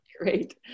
great